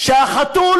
שהחתול